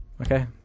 Okay